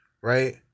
right